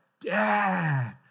Dad